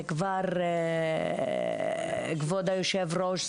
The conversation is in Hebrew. כבוד היושב-ראש,